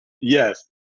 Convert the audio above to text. Yes